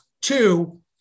Two